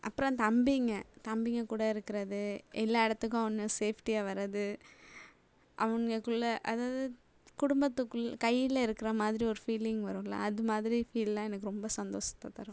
அப்புறம் தம்பிங்க தம்பிங்க கூட இருக்கிறது எல்லா இடத்துக்கும் அவனுங்க சேஃப்டியாக வரது அவனுங்கக்குள்ள அதாவது குடும்பத்துக்குள் கையில் இருக்கிற மாதிரி ஒரு ஃபீலிங் வரும்ல அதுமாதிரி ஃபீல்லாம் எனக்கு ரொம்ப சந்தோசத்தை தரும்